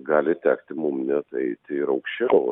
gali tekti mums net eiti ir aukščiau